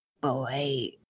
boy